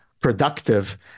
productive